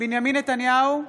בנימין נתניהו,